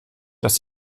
dass